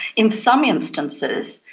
in some instances,